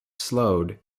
slowed